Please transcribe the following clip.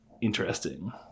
interesting